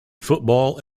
football